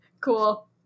Cool